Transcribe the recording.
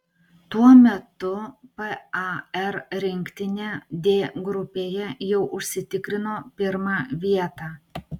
tuo metu par rinktinė d grupėje jau užsitikrino pirmą vietą